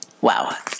Wow